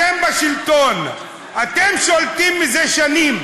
אתם בשלטון, אתם שולטים זה שנים,